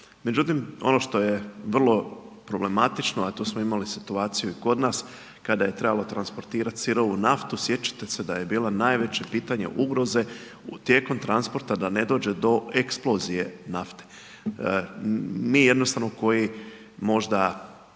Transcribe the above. Međutim ono što je vrlo problematično a to smo imali situaciju i kod nas kada je trebalo transportirati sirovu naftu, sjećate se da je bilo najveće pitanje ugroze tijekom transporta da ne dođe do eksplozije nafte. Mi jednostavno koji možda